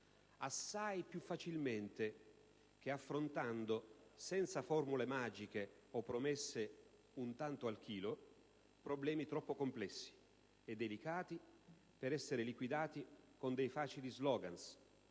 assai più facilmente che affrontando, senza formule magiche o promesse "un tanto al chilo" problemi troppo complessi e delicati per essere liquidati con dei facili slogan